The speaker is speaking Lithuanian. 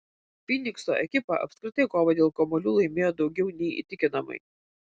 fynikso ekipa apskritai kovą dėl kamuolių laimėjo daugiau nei įtikinamai